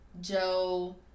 Joe